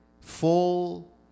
full